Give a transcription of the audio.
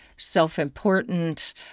self-important